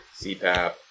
CPAP